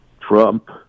Trump